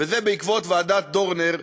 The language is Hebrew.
וזה בעקבות ועדת דורנר,